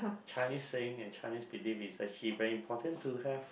Chinese saying and Chinese belief is actually very important to have